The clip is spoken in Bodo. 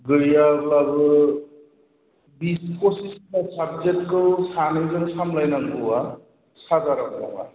गैयाब्लाबो बिस पसिस्ता साबजेक्टखौ सानैजों सामलायनांगौआ सादार'न नङा